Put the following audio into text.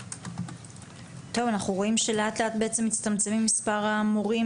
אנחנו רואים שלאט-לאט מצטמצם מספר המורים